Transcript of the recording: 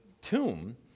tomb